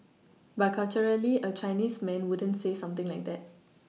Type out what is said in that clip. but culturally a Chinese man wouldn't say something like that